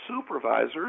supervisors